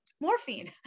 morphine